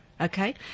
Okay